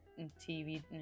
TV